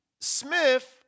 Smith